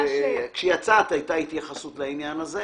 כשיצאת הייתה התייחסות לעניין הזה,